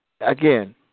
again